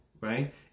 right